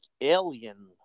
alien